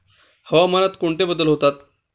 हवामानात कोणते बदल होतात?